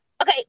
Okay